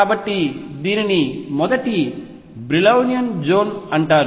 కాబట్టి దీనిని మొదటి బ్రిలౌయిన్ జోన్ అంటారు